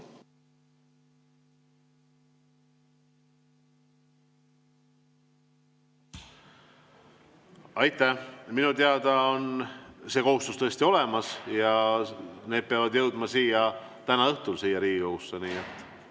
Aitäh! Minu teada on see kohustus tõesti olemas ja need peavad jõudma täna õhtul siia Riigikogusse,